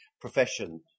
profession